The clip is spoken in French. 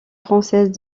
françaises